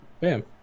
Bam